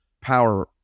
power